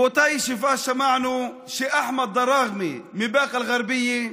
באותה ישיבה שמענו שאחמד דראכמה מבאקה אל-גרבייה,